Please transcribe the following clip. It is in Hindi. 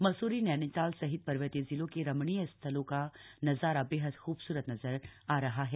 मसूरी नैनीताल सहित पर्वतीय जिलों के रमणीय स्थलों का नजारा बेहद ख्बसूरत नजर आ रहा है